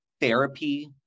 therapy